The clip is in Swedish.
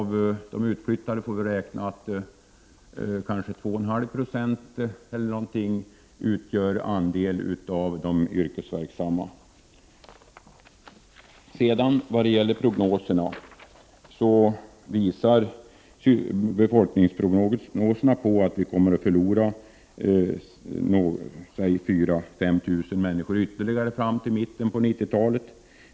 Vi får räkna med att andelen yrkesverksamma bland de utflyttade utgör kanske 2,5 26 eller däromkring. Befolkningsprognoserna visar att Västernorrlands län kommer att förlora ytterligare 4 000-5 000 människor fram till mitten av 1990-talet.